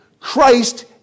Christ